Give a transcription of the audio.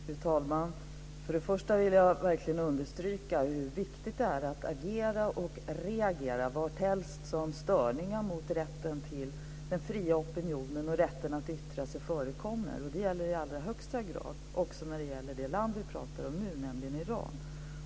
Fru talman! Först och främst vill jag verkligen understryka hur viktigt det är att agera och reagera varhelst som störningar när det gäller rätten till den fria opinionen och rätten att yttra sig förekommer. Det gäller i allra högsta grad också det land som vi nu pratar om, nämligen Iran.